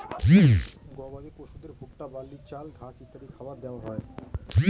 গবাদি পশুদেরকে ভুট্টা, বার্লি, চাল, ঘাস ইত্যাদি খাবার দেওয়া হয়